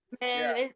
Man